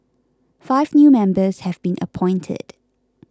five new members have been appointed